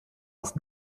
auf